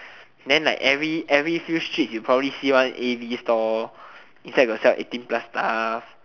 then like every every few street you probably see one a_v store inside probably sell those eighteen plus stuff